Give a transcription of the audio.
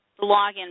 login